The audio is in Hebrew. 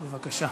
בבקשה.